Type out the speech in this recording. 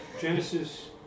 Genesis